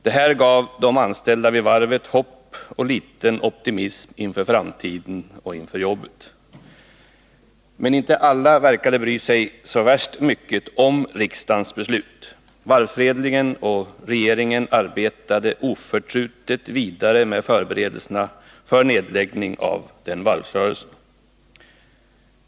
Det här gav de anställda vid varvet hopp och litet optimism inför framtiden och beträffande jobben. Men inte alla verkade bry sig så värst mycket om riksdagens beslut. Varvsledningen och regeringen arbetade oförtrutet vidare med förberedelserna för nedläggning av varvsrörelsen.